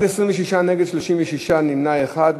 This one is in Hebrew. בעד, 26, נגד, 36, נמנע אחד.